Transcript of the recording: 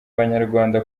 abanyarwanda